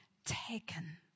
Taken